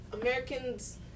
Americans